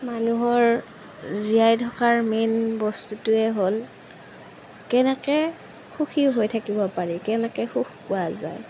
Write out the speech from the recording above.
মানুহৰ জীয়াই থকাৰ মেইন বস্তুটোৱেই হ'ল কেনেকৈ সুখী হৈ থাকিব পাৰি কেনেকৈ সুখ পোৱা যায়